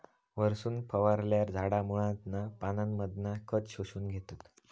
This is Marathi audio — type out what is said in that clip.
वरसून फवारल्यार झाडा मुळांतना पानांमधना खत शोषून घेतत